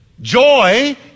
Joy